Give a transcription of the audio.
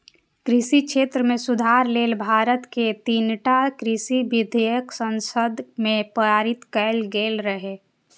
कृषि क्षेत्र मे सुधार लेल भारत मे तीनटा कृषि विधेयक संसद मे पारित कैल गेल रहै